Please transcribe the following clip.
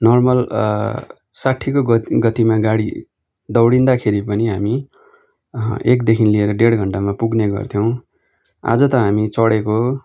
normal साठीको गत गतिमा गाडी दौडिँदाखेरि पनि हामी एकदेखिन् लिएर डेढ घण्टामा पुग्ने गर्थ्यौँ आज त हामी चढेको